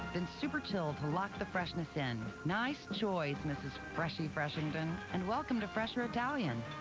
then super-chilled to lock the freshness in. nice choice, mrs. freshy freshington and welcome to fresher italian.